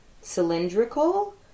Cylindrical